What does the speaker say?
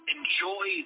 Enjoy